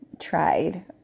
tried